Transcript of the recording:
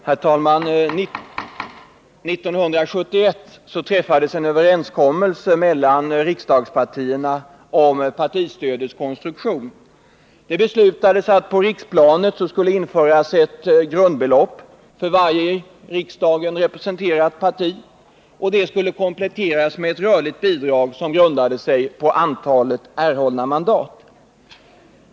Herr talman! År 1971 träffades en överenskommelse mellan riksdagspartierna om partistödets konstruktion. Det beslutades att det på riksplanet skulle införas ett grundbelopp för varje i riksdagen representerat parti som skulle kompletteras med ett rörligt bidrag som grundade sig på antalet erhållna mandat.